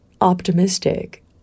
optimistic